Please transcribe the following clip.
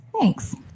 Thanks